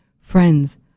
friends